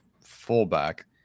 fullback